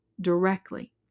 directly